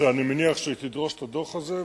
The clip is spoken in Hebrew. שאני מניח שהיא תדרוש את הדוח הזה,